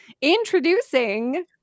introducing